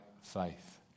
faith